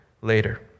later